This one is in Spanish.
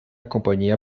compañía